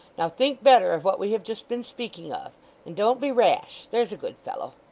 now think better of what we have just been speaking of and don't be rash, there's a good fellow!